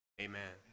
Amen